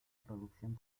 producción